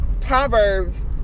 Proverbs